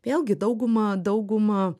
vėlgi dauguma dauguma